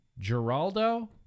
Geraldo